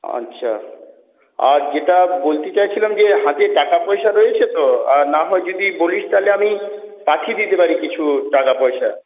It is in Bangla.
আচ্ছা আর যেটা বলতে চাইছিলাম যে হাতে টাকা পয়সা রয়েছে তো আর না হয় যদি বলিস তাহলে আমি পাঠিয়ে দিতে পারি কিছু টাকা পয়সা